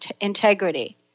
integrity